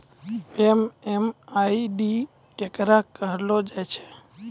MMID केकरा कहलो जाय छै